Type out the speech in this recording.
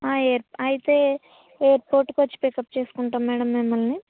air అయితే ఎయిర్పోర్ట్కి వచ్చి పికప్ చేసుకుంటాము మేడం మిమ్మల్ని